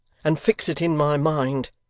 and fix it in my mind.